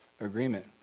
agreement